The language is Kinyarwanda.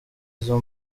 izo